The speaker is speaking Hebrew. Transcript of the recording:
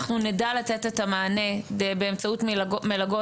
אנחנו נדע לתת את המענה באמצעות מלגות,